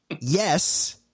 yes